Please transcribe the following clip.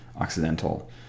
Occidental